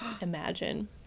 imagine